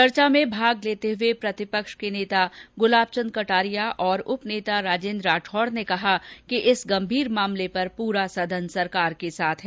चर्चा में भाग लेते हुए प्रतिपक्ष के नेता गुलाब चंद कटारिया और उप नेता राजेंद्र राठौड़ ने कहा कि इस गंभीर मामले पर पूरा सदन सरकार के साथ है